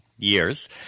Years